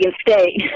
State